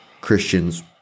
Christians